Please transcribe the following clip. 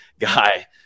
guy